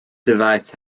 device